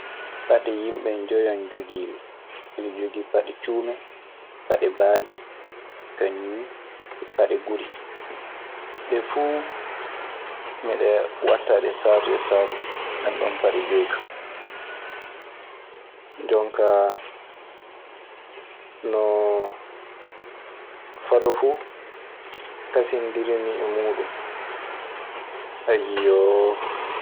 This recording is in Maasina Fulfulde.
Paɗɗe yimbe joyon jogimi, mido jogo paɗɗe cume, paɗɗe babi kanium e paɗɗe guri. Ɗe fuu, miɗe waɗta ɗe saatu e saatu. Ɗenɗon paɗe joy kaa. maa mbiya du ko neɗɗo waawi ɗanaade so sulta faa gasa ley muɗum.